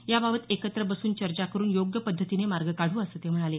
याबाबत एकत्र बसून चर्चा करून योग्य पद्धतीने मार्ग काढू असं ते म्हणाले